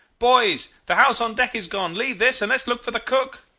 boys, the house on deck is gone. leave this, and let's look for the cook